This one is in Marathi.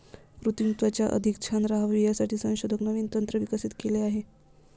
कृत्रिम त्वचा अधिक छान राहावी यासाठी संशोधक नवीन तंत्र विकसित केले आहे